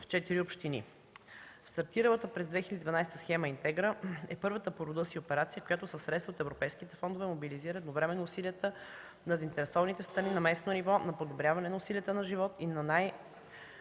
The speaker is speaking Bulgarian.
в четири общини. Стартиралата през 2012 г. схема „Интегра” е първата по рода си операция, в която със средства от европейските фондове се мобилизират едновременно усилията на заинтересованите страни на местно ниво за подобряване на условията на живот на